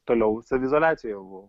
toliau saviizoliacijoje buvau